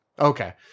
Okay